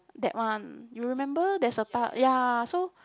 that one you remember there's a tar~ ya so